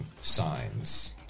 signs